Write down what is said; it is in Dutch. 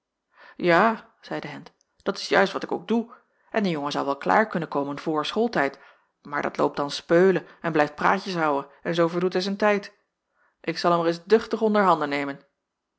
ja zeide hendt dat is juist wat ik ook doe en de jongen zou wel klaar kunnen komen vr schooltijd maar dat loopt dan speulen en blijft praatjes houën en zoo verdoet hij zijn tijd ik zal hem reis duchtig onder handen nemen